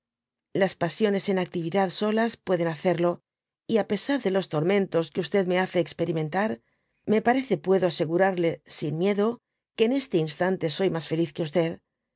las pasiones en actividad solas pueden hacerlo y á pesar de los tormentos que me hace experimentar me parece puedo asegurarle sin miedo que en este instante sy mas feliz que